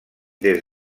des